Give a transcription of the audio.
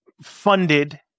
funded